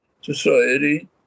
society